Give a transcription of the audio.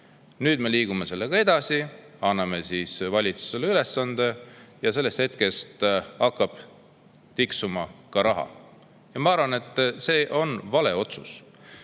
nüüd me liigume sellega edasi, anname valitsusele ülesande, ja sellest hetkest hakkab tiksuma ka raha. Ma arvan, et see on vale otsus.